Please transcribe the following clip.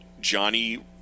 Johnny